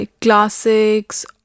classics